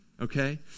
okay